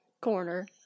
corner